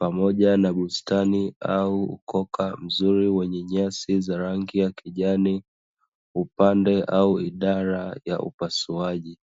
pamoja na bustani au koka vizuri wenye nyasi za rangi ya kijani upande au idara ya upasuaji